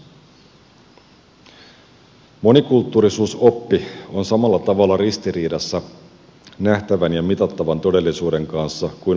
monikulttuurisuusoppi on samalla tavalla ristiriidassa nähtävän ja mitattavan todellisuuden kanssa kuin vaikkapa kreationismi